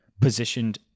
positioned